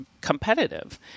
competitive